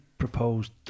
proposed